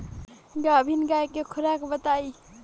गाभिन गाय के खुराक बताई?